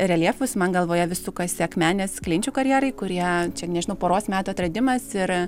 reljefus man galvoje vis sukasi akmenės klinčių karjerai kurie čia nežinau poros metų atradimas ir